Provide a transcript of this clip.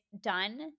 done